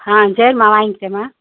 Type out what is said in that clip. ஆ சரிம்மா வாங்கிக்கிறேன்மா